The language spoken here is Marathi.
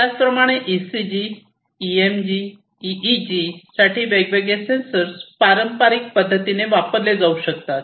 त्याचप्रमाणे ईसीजी ईएमजी ईईजी साठी वेगवेगळे सेन्सर पारंपारिक पद्धतीने वापरले जाऊ शकतात